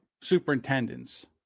superintendents